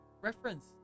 reference